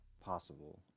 Possible